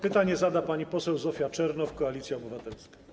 Pytanie zada pani poseł Zofia Czernow, Koalicja Obywatelska.